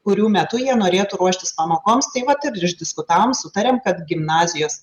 kurių metu jie norėtų ruoštis pamokoms tai vat ir išdiskutavom sutarėm kad gimnazijos